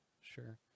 Sure